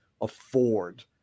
afford